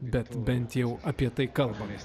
bet bent jau apie tai kalbamės